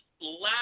last